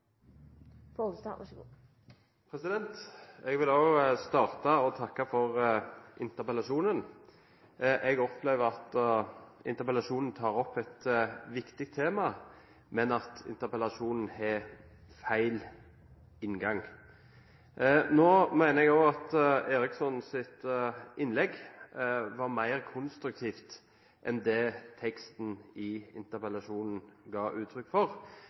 Jeg vil også starte med å takke for interpellasjonen. Jeg opplever at interpellasjonen tar opp et viktig tema, men har feil inngang. Nå mener jeg også at Erikssons innlegg var mer konstruktivt enn det teksten i interpellasjonen ga uttrykk for.